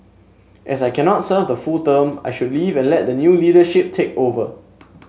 as I cannot serve the full term I should leave and let the new leadership take over